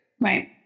right